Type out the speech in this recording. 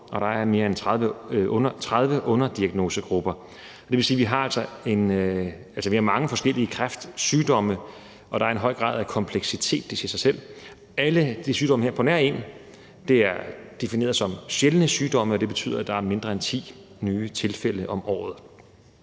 og der er mere end 30 underdiagnosegrupper. Det vil sige, at vi altså har mange forskellige kræftsygdomme, og der er en høj grad af kompleksitet; det siger sig selv. Alle de sygdomme her på nær én er defineret som sjældne sygdomme, og det betyder, at der er mindre end ti nye tilfælde om året.